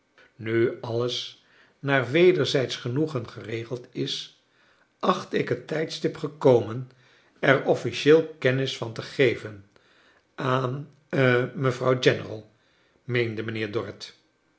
nu alios naar wederzijdsch genoegen geregeld is acht ik net tijdstip gekomen er officieel kennis van te geven aan ha mevrouw general meende mijnheer dorrit